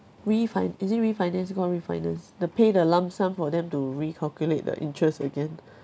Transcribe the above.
refin~ is it refinance called refinance the pay the lump sum for them to recalculate the interest again